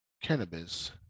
cannabis